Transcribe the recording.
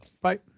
Bye